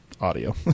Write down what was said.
audio